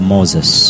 Moses